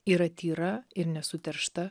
yra tyra ir nesuteršta